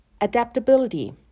adaptability